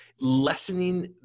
lessening